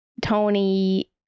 Tony